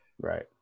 right